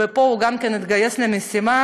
ופה הוא גם התגייס למשימה.